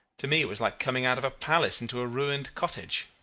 to me it was like coming out of a palace into a ruined cottage.